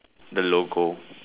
the logo